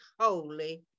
holy